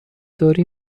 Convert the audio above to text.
داری